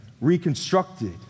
reconstructed